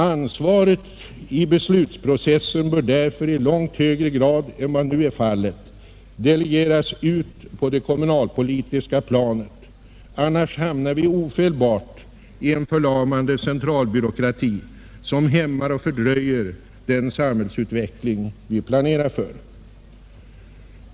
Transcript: Ansvaret i beslutsprocessen bör därför i långt högre grad än vad nu är fallet delegeras ut på det kommunalpolitiska planet — annars hamnar vi ofelbart i en förlamande centralbyråkrati, som hämmar och fördröjer den samhällsutveckling vi planerat för.